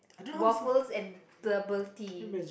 waffles and bubble tea